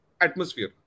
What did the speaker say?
atmosphere